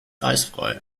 eisfrei